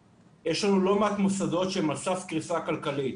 יש לנו לא מעט מוסדות שהם על סף קריסה כלכלית.